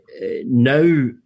now